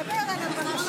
דבר על הפרשה,